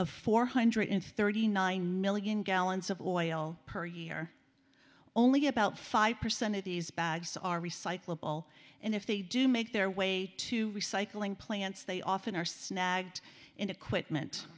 of four hundred thirty nine million gallons of oil per year only about five percent of these bags are recyclable and if they do make their way to recycling plants they often are snagged in equipment